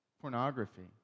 pornography